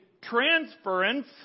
transference